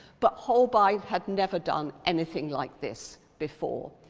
but holbein had never done anything like this before.